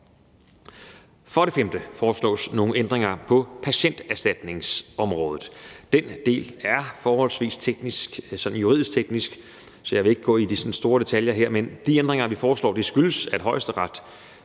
For det femte foreslås nogle ændringer på patienterstatningsområdet. Den del er forholdsvis sådan juridisk teknisk, så jeg vil ikke gå sådan ned i detaljerne her. Men de ændringer, vi foreslår, skyldes, at Højesteret